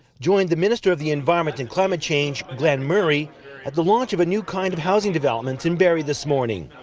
joined the minister of the environment and climate change glen murray at the launch of a new kind of housing development in barrie this morning.